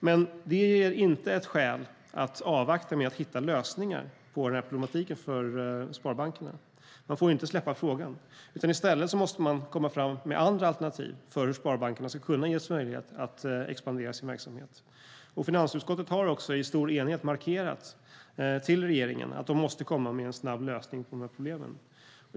Men det är inte ett skäl att avvakta med att hitta lösningar på den här problematiken för sparbankerna. Man får inte släppa frågan, utan i stället måste man komma fram med andra alternativ för hur sparbankerna ska kunna ges möjlighet att expandera sin verksamhet. Finansutskottet har också i stor enighet markerat till regeringen att de måste komma med en snabb lösning på de här problemen.